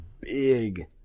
big